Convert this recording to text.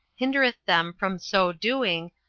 hindereth them from so doing,